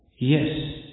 Yes